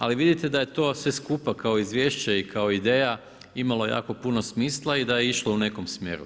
Ali vidite da je to sve skupa kao i izvješće i kao ideja imalo jako puno smisla i da je išlo u nekom smjeru.